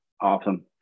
Awesome